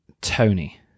Tony